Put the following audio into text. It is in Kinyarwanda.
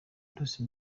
bruce